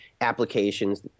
applications